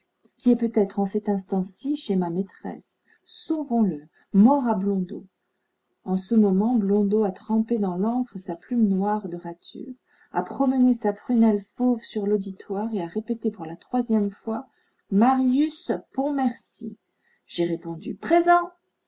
qui est peut-être en cet instant ci chez ma maîtresse sauvons le mort à blondeau en ce moment blondeau a trempé dans l'encre sa plume noire de ratures a promené sa prunelle fauve sur l'auditoire et a répété pour la troisième fois marius pontmercy j'ai répondu présent